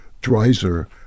Dreiser